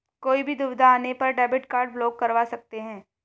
कोई भी दुविधा आने पर डेबिट कार्ड ब्लॉक करवा सकते है